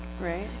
Right